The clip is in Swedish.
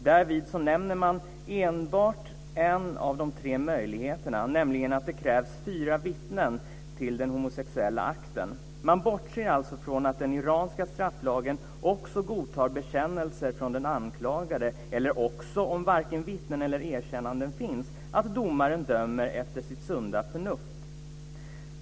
Därvid nämner man enbart en av de tre möjligheterna, nämligen att det krävs fyra vittnen till den homosexuella akten. Man bortser alltså från att den iranska strafflagen också godtar bekännelse från den anklagade, eller också, om varken vittnen eller erkännanden finns, att domaren dömer efter sitt sunda förnuft.